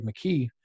McKee